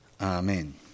Amen